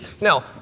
Now